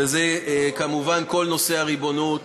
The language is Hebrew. וזה כמובן כל נושא הריבונות